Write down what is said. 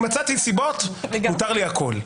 אם מצאתי סיבות מיוחדות מותר לי הכול.